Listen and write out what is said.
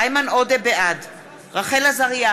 אינו נוכח איימן עודה, בעד רחל עזריה,